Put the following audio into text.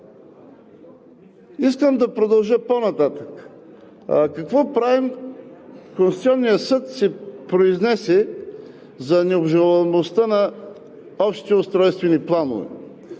Искам да продължа по-нататък. Какво правим? Конституционният съд се произнесе за необжалваемостта на общи устройствени планове.